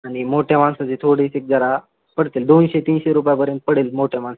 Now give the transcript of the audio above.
आणि मोठ्या माणसाचे थोडेसे जरा पडतील दोनशे तीनशे रुपयापर्यंत पडेल मोठ्या माणसाचे